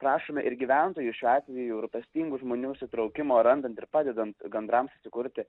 prašome ir gyventojų šiuo atveju rūpestingų žmonių įsitraukimo randant ir padedant gandrams įsikurti